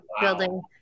building